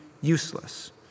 useless